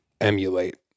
emulate